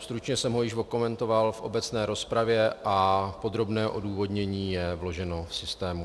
Stručně jsem ho již okomentoval v obecné rozpravě a podrobné odůvodnění je vloženo v systému.